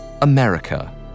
America